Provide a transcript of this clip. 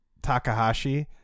Takahashi